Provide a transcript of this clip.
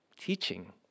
teaching